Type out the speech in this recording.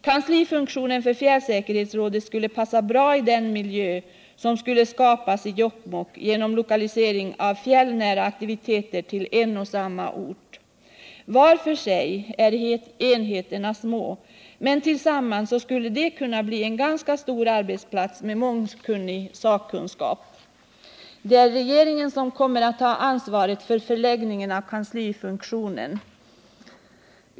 Kanslifunktionen för fjällsäkerhetshetsrådet skulle passa bra i den miljö som skulle skapas i Jokkmokk genom lokaliseringen av fjällnära aktiviteter till en och samma ort. Var för sig är enheterna små, men tillsammans skulle de kunna bli en ganska stor arbetsplats med mångsidig sakkunskap. Det är regeringen som kommer att ha ansvaret för förläggningen av kanslifunktionen.